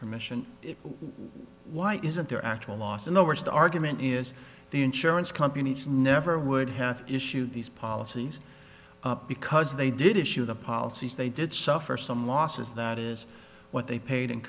commission why isn't there actual loss in the worst argument is the insurance companies never would have issued these policies because they did issue the policies they did suffer some losses that is what they paid